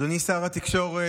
אדוני שר התקשורת,